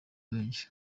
benshi